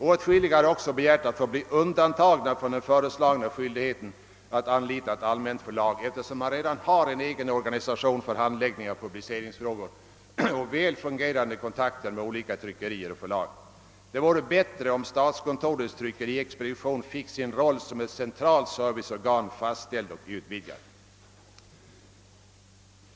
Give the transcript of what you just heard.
Åtskilliga har också begärt att få bli undantagna från den föreslagna skyldigheten att anlita ett allmänt förlag, eftersom de redan har en egen organisation för handläggning av publiceringsfrågor och väl fungerande kontakter med olika tryckerier och förlag. Det vore bättre om statskontorets tryckeriexpedition fick sin roll som ett centralt serviceorgan fastställd och utvidgad.